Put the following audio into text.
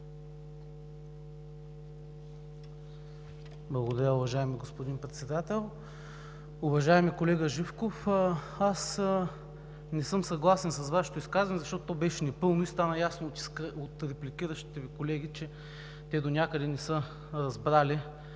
Благодаря, уважаеми господин Председател! Уважаеми колега Живков, аз не съм съгласен с Вашето изказване, защото то беше непълно и стана ясно от репликиращите Ви колеги, че те донякъде не са разбрали